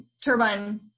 turbine